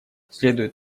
следует